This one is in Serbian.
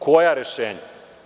Koja rešenja?